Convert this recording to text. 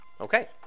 Okay